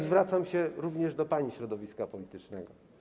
Zwracam się również do pani środowiska politycznego.